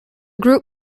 group